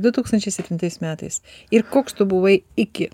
du tūkstančiai septintais metais ir koks tu buvai iki